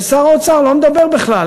ושר האוצר לא מדבר בכלל,